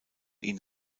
ihn